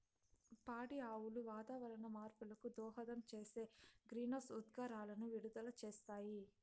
పాడి ఆవులు వాతావరణ మార్పులకు దోహదం చేసే గ్రీన్హౌస్ ఉద్గారాలను విడుదల చేస్తాయి